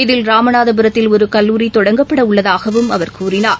இதில் ராமநாதபுரத்தில் ஒருகல்லூரிதொடங்கப்படஉள்ளதாகவும் அவர் கூறினார்